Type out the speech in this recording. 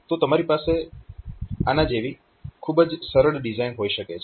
તો તમારી પાસે આના જેવી ખૂબ જ સરળ ડિઝાઇન હોઈ શકે છે